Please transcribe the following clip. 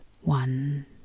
one